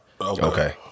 Okay